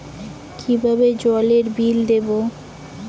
কিভাবে জলের বিল দেবো?